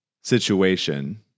situation